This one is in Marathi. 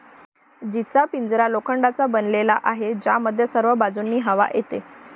जीचा पिंजरा लोखंडाचा बनलेला आहे, ज्यामध्ये सर्व बाजूंनी हवा येते